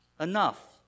enough